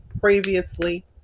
previously